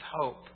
hope